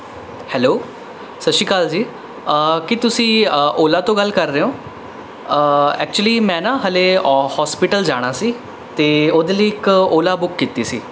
hello ਸਤਿ ਸ਼੍ਰੀ ਅਕਾਲ ਜੀ ਕੀ ਤੁਸੀਂ ਓਲਾ ਤੋਂ ਗੱਲ ਕਰ ਰਹੇ ਹੋ ਐਕਚੁਅਲੀ ਮੈਂ ਨਾ ਹਲੇ ਉਹ ਹੋਸਪਿਟਲ ਜਾਣਾ ਸੀ ਅਤੇ ਉਹਦੇ ਲਈ ਇੱਕ ਓਲਾ ਬੁੱਕ ਕੀਤੀ ਸੀ